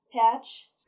patch